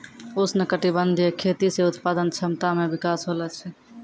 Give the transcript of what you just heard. उष्णकटिबंधीय खेती से उत्पादन क्षमता मे विकास होलो छै